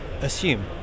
assume